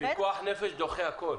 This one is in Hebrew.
פיקוח נפש דוחה הכול.